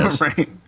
Right